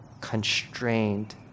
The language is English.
constrained